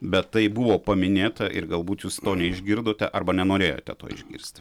bet tai buvo paminėta ir galbūt jūs neišgirdote arba nenorėjote to išgirsti